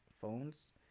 phones